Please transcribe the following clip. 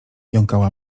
jąkała